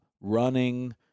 running